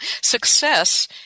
success